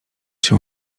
się